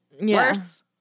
Worse